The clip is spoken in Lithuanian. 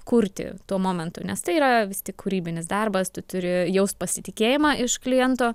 kurti tuo momentu nes tai yra vis tik kūrybinis darbas tu turi jaust pasitikėjimą iš kliento